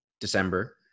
December